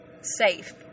safe